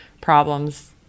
problems